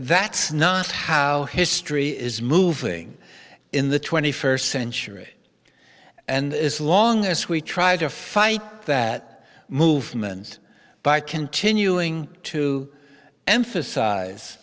that's not how history is moving in the twenty first century and as long as we try to fight that movement by continuing to